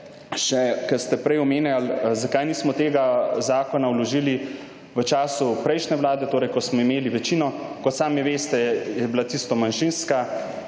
še, ko ste prej omenjali, zakaj nismo tega zakona vložili v času prejšnje vlade, torej ko smo imeli večino. Kot sami veste, je bila tisto manjšinska